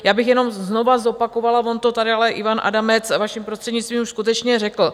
Já bych jenom znovu zopakovala, on to tady ale Ivan Adamec, vaším prostřednictvím, už skutečně řekl.